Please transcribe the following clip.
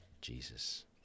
Jesus